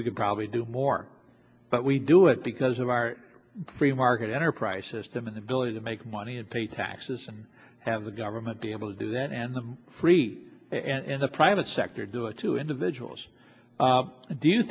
we could probably do more but we do it because of our free market enterprise system and ability to make money and pay taxes and have the government be able to do that and the free and the private sector do it to individuals do you